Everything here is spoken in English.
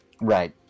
right